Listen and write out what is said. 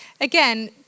Again